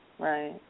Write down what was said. Right